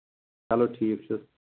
چلو ٹھیٖک چھُ